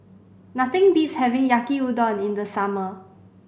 nothing beats having Yaki Udon in the summer